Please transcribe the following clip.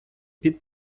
під